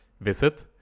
Visit